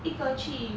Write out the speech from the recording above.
一个去